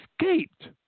escaped